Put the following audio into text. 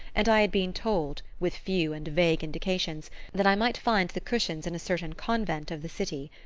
and i had been told with few and vague indications that i might find the cushions in a certain convent of the city.